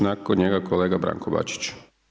Nakon njega kolega Branko Bačić.